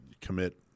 commit